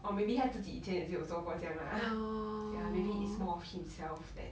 or maybe 他自己以前也是有做过这样 lah ya maybe it's more of himself that